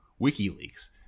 WikiLeaks